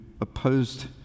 opposed